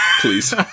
Please